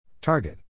Target